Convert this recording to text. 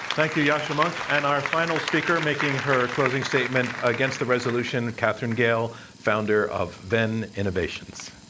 thank you. yascha mounk. and our final speaker making her closing statement against the resolution, katherine gehl, founder of venn innovations.